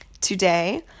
today